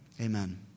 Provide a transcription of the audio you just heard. amen